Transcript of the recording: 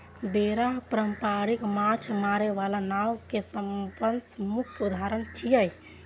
बेड़ा पारंपरिक माछ मारै बला नाव के सबसं मुख्य उदाहरण छियै